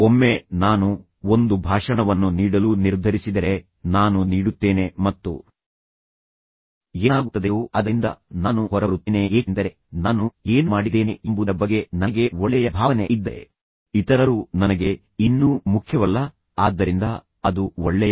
ಒಮ್ಮೆ ನಾನು ಒಂದು ಭಾಷಣವನ್ನು ನೀಡಲು ನಿರ್ಧರಿಸಿದರೆ ನಾನು ನೀಡುತ್ತೇನೆ ಮತ್ತು ಏನಾಗುತ್ತದೆಯೋ ಅದರಿಂದ ನಾನು ಹೊರಬರುತ್ತೇನೆ ಏಕೆಂದರೆ ನಾನು ಏನು ಮಾಡಿದ್ದೇನೆ ಎಂಬುದರ ಬಗ್ಗೆ ನನಗೆ ಒಳ್ಳೆಯ ಭಾವನೆ ಇದ್ದರೆ ಇತರರು ನನಗೆ ಇನ್ನೂ ಮುಖ್ಯವಲ್ಲ ಆದ್ದರಿಂದ ಅದು ಒಳ್ಳೆಯದು